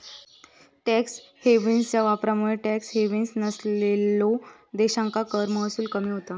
tax हेव्हन्सच्या वापरामुळे tax havens नसलेल्यो देशांका कर महसूल कमी होता